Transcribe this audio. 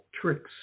tricks